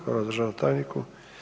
Hvala državnom tajniku.